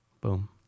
Boom